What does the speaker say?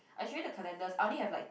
I show you the calendars I only have like